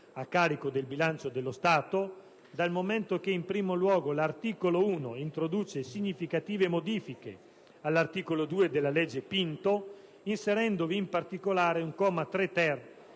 a carico del bilancio dello Stato, dal momento che l'articolo 1 introduce significative modifiche all'articolo 2 della cosiddetta legge Pinto, inserendovi in particolare il comma 3-*ter*,